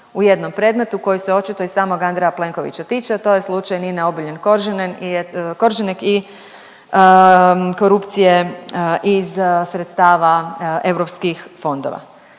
u jednom predmetu koji se očito i samog Andreja Plenkovića tiče, a to je slučaj Nine Obuljen Koržinek i korupcije iz sredstava europskih fondova